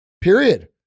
period